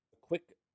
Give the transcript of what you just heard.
quick